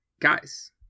guys